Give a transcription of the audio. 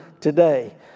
today